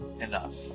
enough